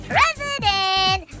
President